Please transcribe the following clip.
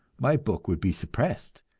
my book would be suppressed,